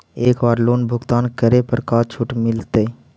एक बार लोन भुगतान करे पर का छुट मिल तइ?